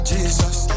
Jesus